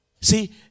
See